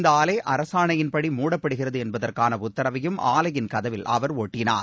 இந்த ஆலை அரசாணையின்படி மூடப்படுகிறது என்பதற்கான உத்தரவையும் ஆலையின் கதவில் அவர் ஒட்டினார்